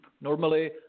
Normally